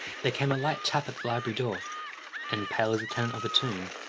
there came a light tap at the library door and, pale as the tenant of a tomb,